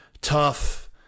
tough